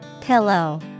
Pillow